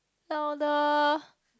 louder